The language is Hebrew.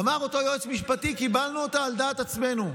אמר אותו יועץ משפטי: קיבלנו אותה על דעת עצמנו.